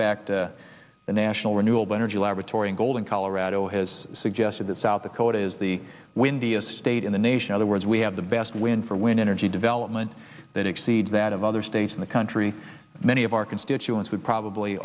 fact the national renewable energy laboratory in golden colorado has suggested that south dakota is the windiest state in the nation other words we have the best win for wind energy development that exceeds that of other states in the country many of our constituents would probably